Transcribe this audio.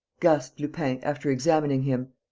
gasped lupin, after examining him,